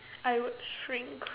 I would shrink